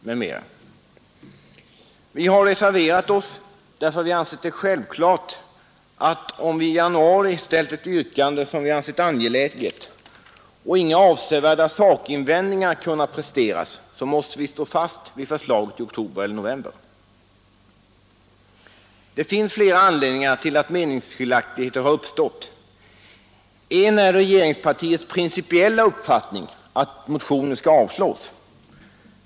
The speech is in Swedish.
Vi har reserverat oss därför att vi ansett det självklart att om vi i januari ställt ett yrkande som vi ansett angeläget och inga avsevärda sakinvändningar kunnat presteras, så måste vi stå fast vid förslaget i oktober eller november. Det finns flera anledningar till att meningsskiljaktigheter har uppstått. En är regeringspartiets principiella uppfattning att motioner skall avslås.